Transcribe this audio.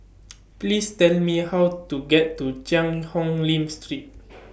Please Tell Me How to get to Cheang Hong Lim Street